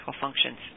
functions